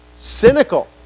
Cynical